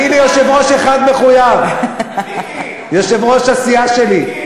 אני ליושב-ראש אחד מחויב, יושב-ראש הסיעה שלי,